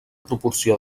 proporció